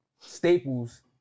staples